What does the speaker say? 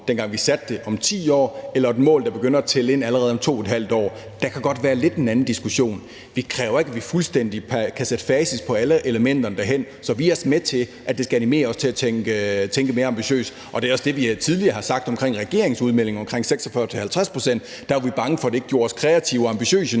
dengang vi satte det – og et mål, hvor det begynder at tælle ind allerede om 2½ år. Det kan godt være lidt en anden diskussion. Vi kræver ikke, at vi fuldstændig kan få status på alle elementer på vejen derhen, så vi er også med til, at det skal animere os til at tænke mere ambitiøst. Og det er også det, vi tidligere har sagt omkring regeringens udmelding om 46-50 pct.: Der var vi bange for, at det ikke gjorde os kreative og ambitiøse